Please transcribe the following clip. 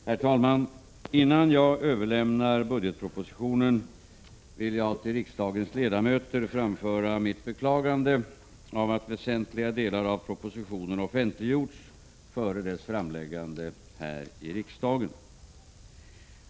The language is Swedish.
Herr talman! Innan jag överlämnar budgetpropositionen vill jag till riksdagens ledamöter framföra mitt beklagande av att väsentliga delar av propositionen offentliggjorts före dess framläggande här i riksdagen.